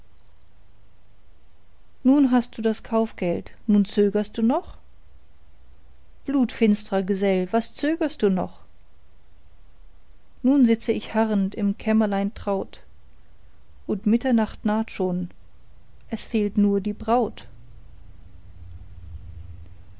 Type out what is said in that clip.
nun hast du das kaufgeld nun zögerst du doch blutfinstrer gesell was zögerst du noch schon sitze ich harrend im kämmerlein traut und mitternacht naht schon es fehlt nur die braut